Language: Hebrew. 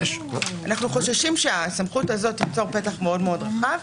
אנחנו חוששים שהסמכות הזאת תיצור פתח מאוד מאוד רחב.